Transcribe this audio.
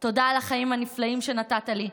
תודה על החיים הנפלאים שנתת לי,